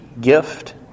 gift